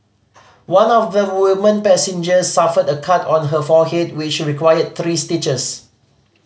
one of the woman passengers suffered a cut on her forehead which required three stitches